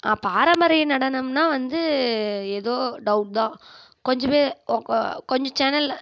பாரம்பரிய நடனம்னா வந்து ஏதோ டவுட் தான் கொஞ்சபேர் கொஞ்சம் சேனலில்